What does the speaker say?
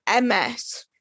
MS